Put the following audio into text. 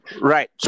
Right